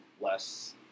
less